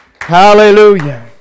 Hallelujah